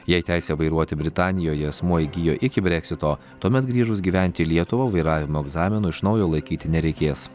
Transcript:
jei teisę vairuoti britanijoje asmuo įgijo iki breksito tuomet grįžus gyventi į lietuvą vairavimo egzamino iš naujo laikyti nereikės